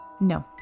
No